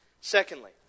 secondly